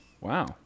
wow